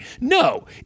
No